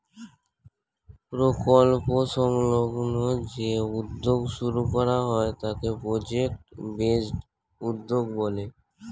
প্রকল্প সংলগ্ন যে উদ্যোগ শুরু করা হয় তাকে প্রজেক্ট বেসড উদ্যোগ বলে